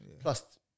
Plus